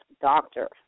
doctor